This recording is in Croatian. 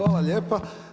Hvala lijepa.